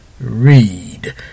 read